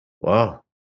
wow